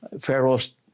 Pharaoh's